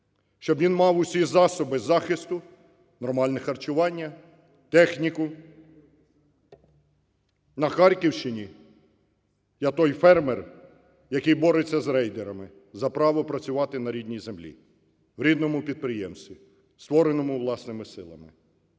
щоб він мав всі засоби захисту, нормальне харчування, техніку. На Харківщині, я той фермер, який бореться з рейдерами за право працювати на рідній землі, в рідному підприємстві, створеному власними силами.